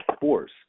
force